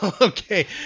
Okay